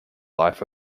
life